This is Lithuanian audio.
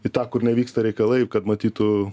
į tą kur nevyksta reikalai kad matytų